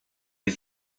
est